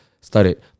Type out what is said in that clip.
started